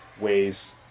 ways